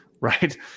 right